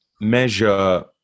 measure